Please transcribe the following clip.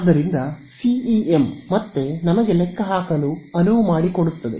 ಆದ್ದರಿಂದ ಸಿಇಎಂ ಮತ್ತೆ ನಮಗೆ ಲೆಕ್ಕಹಾಕಲು ಅನುವು ಮಾಡಿಕೊಡುತ್ತದೆ